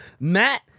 Matt